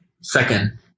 second